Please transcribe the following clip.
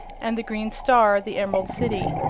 and the green star the emerald city.